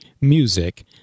music